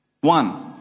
One